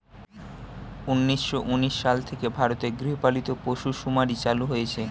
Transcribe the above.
উন্নিশো উনিশ সাল থেকে ভারতে গৃহপালিত পশু শুমারি চালু হয়েছে